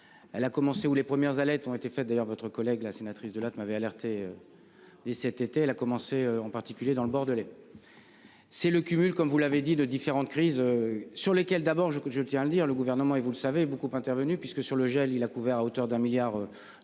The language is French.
Elle a commencé ou les premières alertes ont été faites, d'ailleurs votre collègue la sénatrice de la tu m'avait alerté. Dès cet été, elle a commencé en particulier dans le Bordelais. C'est le cumul comme vous l'avez dit de différentes crises, sur lesquelles d'abord je je tiens à le dire, le gouvernement et vous le savez beaucoup intervenue puisque sur le gel, il a couvert à hauteur d'un milliard